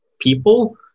people